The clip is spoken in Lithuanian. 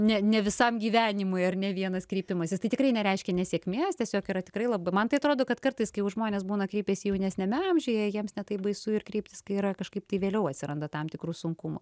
ne ne visam gyvenimui ar ne vienas kreipimasis tai tikrai nereiškia nesėkmės tiesiog yra tikrai labai man tai atrodo kad kartais kai jau žmonės būna kreipęsi jaunesniame amžiuje jiems ne taip baisu ir kreiptis kai yra kažkaip tai vėliau atsiranda tam tikrų sunkumų